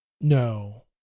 No